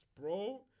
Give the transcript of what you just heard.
bro